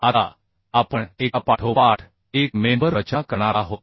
आता आपण एकापाठोपाठ एक मेंबर रचना करणार आहोत